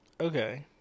Okay